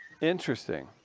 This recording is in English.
Interesting